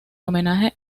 homenaje